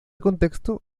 contexto